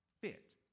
fit